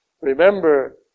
Remember